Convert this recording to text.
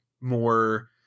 more